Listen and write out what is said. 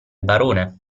barone